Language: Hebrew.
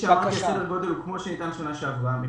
סדר הגודל הוא כמו שניתן שנה שעברה.